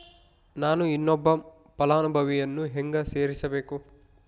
ನಾನು ಇನ್ನೊಬ್ಬ ಫಲಾನುಭವಿಯನ್ನು ಹೆಂಗ ಸೇರಿಸಬೇಕು?